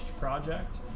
project